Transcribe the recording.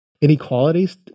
Inequalities